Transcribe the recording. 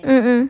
mm mm